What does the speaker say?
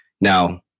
Now